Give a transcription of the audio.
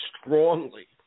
strongly